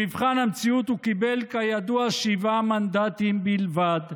במבחן המציאות הוא קיבל, כידוע, שבעה מנדטים בלבד.